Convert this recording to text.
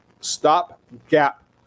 stopgap